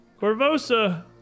Corvosa